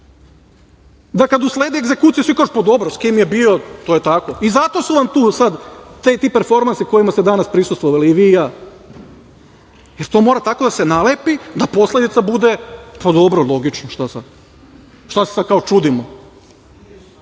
da kada usledi egzekucija svi kažu – pa dobro, sa kim je bio to je tako. I zato su vam tu sada ti performansi kojima ste danas prisustvovali i vi i ja, jer to mora tako da se nalepi da posledica bude – pa dobro, logično, šta sad, šta se sad kao čudimo.